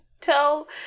tell